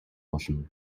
болно